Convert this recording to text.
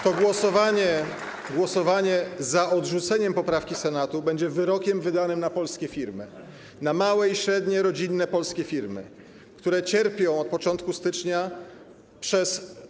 To głosowanie za odrzuceniem poprawki Senatu będzie wyrokiem wydanym na polskie firmy, na małe i średnie, rodzinne polskie firmy, które cierpią od początku stycznia przez.